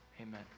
Amen